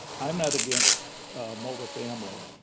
i'm not against multifamily.